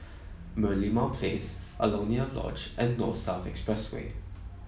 Merlimau Place Alaunia Lodge and North South Expressway